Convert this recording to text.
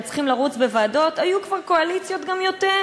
צריכים לרוץ בוועדות היו כבר קואליציות של יותר,